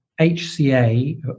HCA